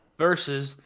Versus